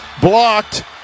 Blocked